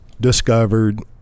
discovered